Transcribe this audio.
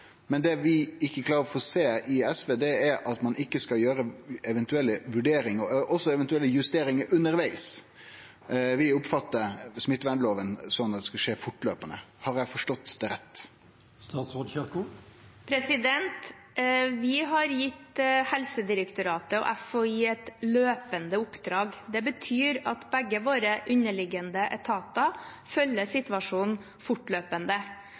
Men det vi i SV ikkje klarer å forstå, er at ein ikkje skal gjere eventuelle vurderingar og justeringar undervegs. Vi oppfattar smittevernlova slik at det skal skje fortløpande. Har eg forstått det rett? Vi har gitt Helsedirektoratet og FHI et løpende oppdrag. Det betyr at begge våre underliggende etater følger situasjonen